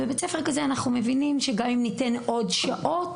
בבית ספר כזה אנחנו מבינים שגם אם ניתן עוד שעות